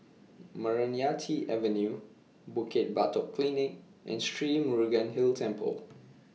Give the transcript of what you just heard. Meranti Avenue Bukit Batok Polyclinic and Sri Murugan Hill Temple